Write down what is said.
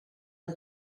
que